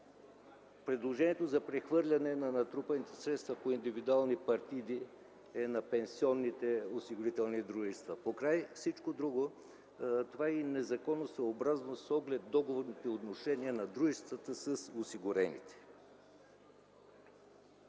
предложението за прехвърляне на натрупаните средства по индивидуални партиди е на пенсионните осигурителни дружества. Покрай всичко друго, това е и незаконосъобразно с оглед договорните отношения на дружествата с осигурените.